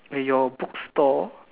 eh your bookstore